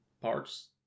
parts